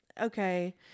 okay